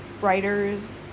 writers